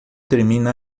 termina